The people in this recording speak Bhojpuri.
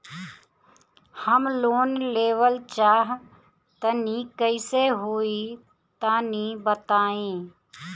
हम लोन लेवल चाह तनि कइसे होई तानि बताईं?